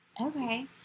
Okay